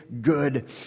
good